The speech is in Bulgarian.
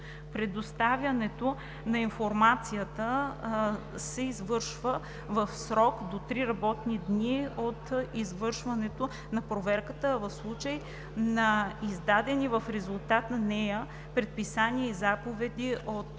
Предоставянето на информацията се извършва в срок до три работни дни от извършването на проверката, а в случай на издадени в резултат на нея предписания и заповеди –